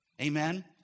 Amen